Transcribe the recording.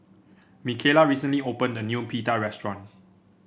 Mikaela recently opened a new Pita restaurant